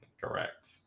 Correct